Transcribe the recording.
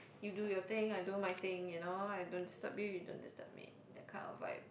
you do your thing I do my thing you know I don't disturb you you don't disturb me that kind of vibe